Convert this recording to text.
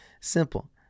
Simple